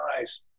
eyes